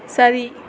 சரி